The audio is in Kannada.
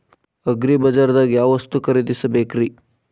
ಅಗ್ರಿಬಜಾರ್ದಾಗ್ ಯಾವ ವಸ್ತು ಖರೇದಿಸಬೇಕ್ರಿ?